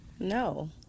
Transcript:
No